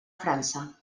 frança